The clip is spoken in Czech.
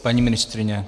Paní ministryně?